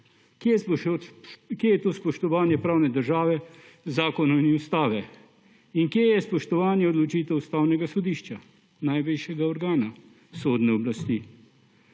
Kje je tu spoštovanje pravne države, zakonov in ustave? In kje je spoštovanje odločitev Ustavnega sodišča, najvišjega organa sodne oblasti?